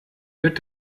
wird